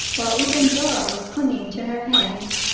while even dora was clinging to her hand.